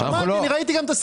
שמעתי וגם ראיתי את הסרטונים.